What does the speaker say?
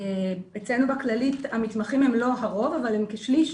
אצלנו בכללית המתמחים הם לא הרוב, אבל הם כשליש